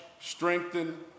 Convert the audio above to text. strengthen